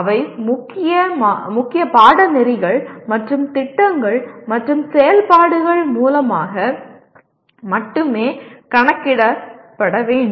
அவை முக்கிய பாடநெறிகள் மற்றும் திட்டங்கள் மற்றும் செயல்பாடுகள் மூலமாக மட்டுமே கணக்கிடப்பட வேண்டும்